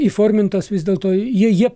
įformintos vis dėlto jie jie